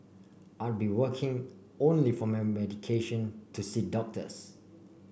I'll be working only for my medication to see doctors